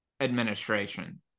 administration